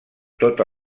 tota